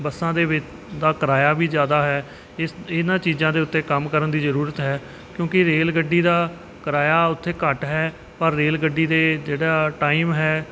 ਬੱਸਾਂ ਦੇ ਵਿੱਚ ਦਾ ਕਿਰਾਇਆ ਵੀ ਜ਼ਿਆਦਾ ਹੈ ਇਸ ਇਹਨਾਂ ਚੀਜ਼ਾਂ ਦੇ ਉੱਤੇ ਕੰਮ ਕਰਨ ਦੀ ਜ਼ਰੂਰਤ ਹੈ ਕਿਉਂਕਿ ਰੇਲ ਗੱਡੀ ਦਾ ਕਿਰਾਇਆ ਉੱਥੇ ਘੱਟ ਹੈ ਪਰ ਰੇਲ ਗੱਡੀ ਦੇ ਜਿਹੜਾ ਟਾਈਮ ਹੈ